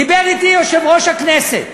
דיבר אתי יושב-ראש הכנסת